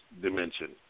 dimension